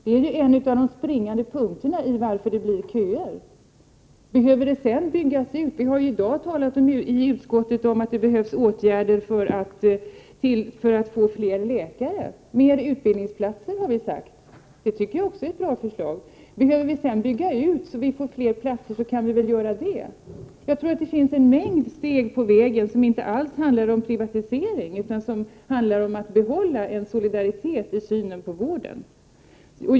Det är ju en av de springande punkterna när det gäller orsakerna till att det blir köer. Vi hari dag i utskottet talat om att det behövs åtgärder för att få fler = i 'c. Mer utbildningsplatser, har vi sagt; det tycker jag också är ett bra förslag. Behöver vi sedan bygga ut så att vi får fler platser kan vi väl göra det. Jag tror att det finns en mängd steg på vägen som inte alls handlar om privatisering utan om att behålla solidariteten i synen på vården.